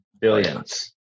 Billions